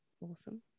awesome